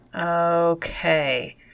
Okay